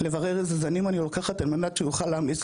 לברר איזה זנים אני לוקחת על מנת שיוכל להמליץ